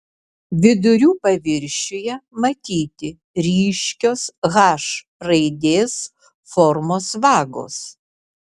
vidurių paviršiuje matyti ryškios h raidės formos vagos